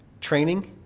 training